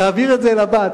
תעביר את זה לבא,